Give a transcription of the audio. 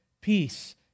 peace